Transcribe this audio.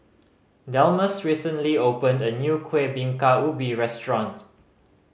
Delmus recently opened a new Kueh Bingka Ubi restaurant